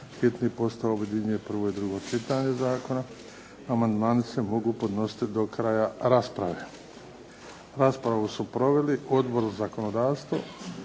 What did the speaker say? hitni postupak objedinjuje prvo i drugo čitanje zakona. Amandmani se mogu podnositi do kraja rasprave. Raspravu su proveli Odbor za zakonodavstvo